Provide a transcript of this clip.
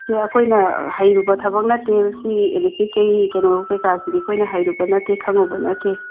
ꯁꯤ ꯑꯩꯈꯣꯏꯅ ꯍꯩꯔꯨꯕ ꯊꯕꯛ ꯅꯠꯇꯦ ꯁꯤ ꯑꯦꯂꯦꯛꯇ꯭ꯔꯤꯛ ꯀꯩꯅꯣ ꯀꯩꯀꯥꯁꯤꯗꯤ ꯑꯩꯈꯣꯏꯅ ꯍꯩꯔꯨꯕ ꯅꯠꯇꯦ ꯈꯪꯉꯨꯕ ꯅꯠꯇꯦ